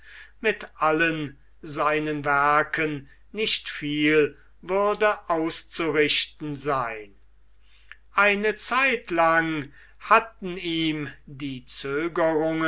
mit allen seinen werken nicht viel würde auszurichten sein eine zeit lang hatten ihm die